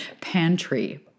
pantry